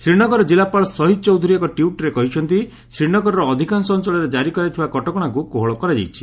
ଶ୍ରୀନଗର ଜିଲ୍ଲାପାଳ ଶହୀଦ୍ ଚୌଧୁରୀ ଏକ ଟ୍ୱିଟ୍ରେ କହିଛନ୍ତି ଶ୍ରୀନଗରର ଅଧିକାଂଶ ଅଞ୍ଚଳରେ ଜାରି କରାଯାଇଥିବା କଟକଶାକୁ କୋହଳ କରାଯାଇଛି